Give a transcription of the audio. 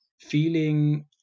feeling